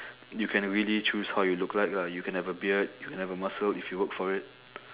you can really choose how you look like lah you can have a beard you can have a muscle if you work for it